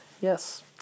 Yes